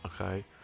Okay